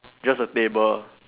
just a table